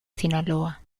sinaloa